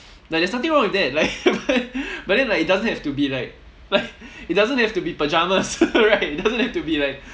like there's nothing wrong with that like but then but then it doesn't have to be like like it doesn't have to be pajamas right it doesn't have to be like